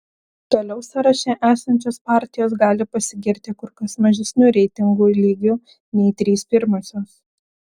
toliau sąraše esančios partijos gali pasigirti kur kas mažesniu reitingų lygiu nei trys pirmosios